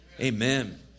Amen